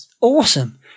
Awesome